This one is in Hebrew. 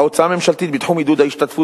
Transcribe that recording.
ההוצאה הממשלתית בתחום עידוד ההשתתפות